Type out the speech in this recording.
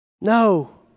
No